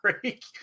break